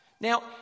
Now